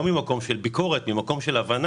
לא ממקום של ביקורת אלא כדי להבין